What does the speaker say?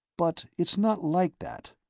but it's not like that,